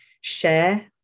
share